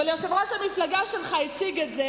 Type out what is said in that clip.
אבל יושב-ראש המפלגה שלך הציג את זה,